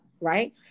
Right